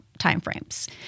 timeframes